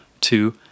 two